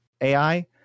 ai